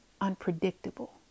unpredictable